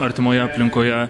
artimoje aplinkoje